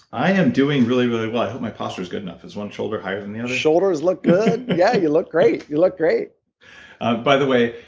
i am doing really, really well. i hope my posture's good enough. is one shoulder higher than the other? shoulders look good. yeah, you look great. you look great by the way,